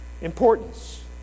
importance